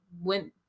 went